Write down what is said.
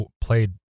played